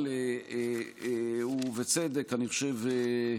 אבל ברקע הצעת החוק, בצדק, אני חושב,